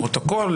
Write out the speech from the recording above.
פתיחה?